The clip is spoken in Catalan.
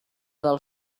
del